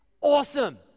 awesome